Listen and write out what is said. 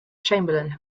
chamberlain